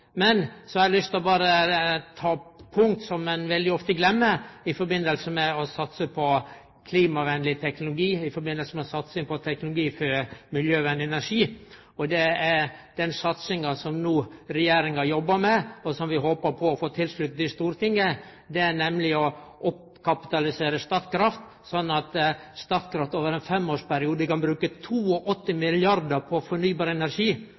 Men så har eg lyst til berre å ta opp eit punkt som ein veldig ofte gløymer i samband med å satse på klimavennleg teknologi, i samband med satsing på teknologi for miljøvennleg energi, og det er den satsinga som regjeringa no jobbar med, og som vi håpar på å få tilsutning til i Stortinget, nemleg å oppkapitalisere Statkraft, sånn at Statkraft over ein femårsperiode kan bruke 82 mrd. kr på fornybar energi.